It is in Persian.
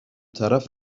طرف